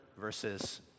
versus